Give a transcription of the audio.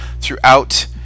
throughout